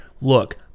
Look